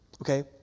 Okay